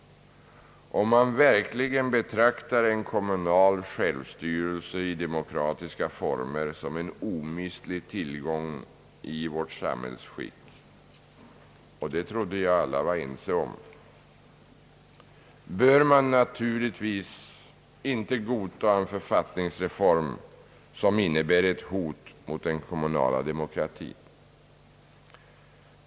Om man verkligen betraktar en kommunal självstyrelse i demokratiska former som en omistlig tillgång i vårt samhällsskick — och det trodde jag att alla var ense om — bör man naturligtvis inte godta en författningsreform som innebär ett hot mot den kommunala demokratin.